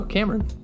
Cameron